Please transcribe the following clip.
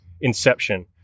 Inception